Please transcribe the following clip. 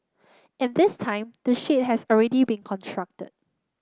and this time the shade has already been constructed